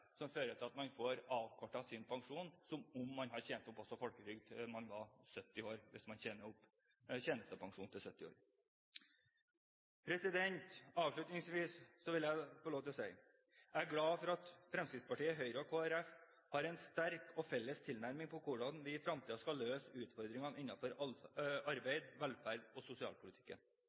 som fører til at man får avkortet sin pensjon som om man har tjent opp folketrygdpensjon til man er 70 år, hvis man tjener opp tjenestepensjon til man er 70 år. Avslutningsvis vil jeg få lov til å si: Jeg er glad for at Fremskrittspartiet, Høyre og Kristelig Folkeparti har en sterk og felles tilnærming til hvordan vi i fremtiden skal løse utfordringene innenfor arbeids-, velferds- og sosialpolitikken.